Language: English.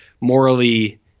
morally